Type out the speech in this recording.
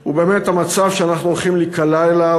הוא באמת המצב שאנחנו הולכים להיקלע אליו,